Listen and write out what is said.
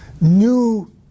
new